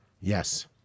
Yes